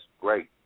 great